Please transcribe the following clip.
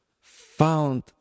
found